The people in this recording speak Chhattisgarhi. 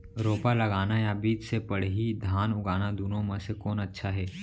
रोपा लगाना या बीज से पड़ही धान उगाना दुनो म से कोन अच्छा हे?